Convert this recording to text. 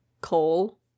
coal